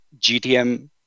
GTM